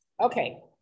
Okay